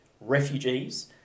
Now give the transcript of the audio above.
Refugees